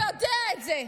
הוא יודע את זה.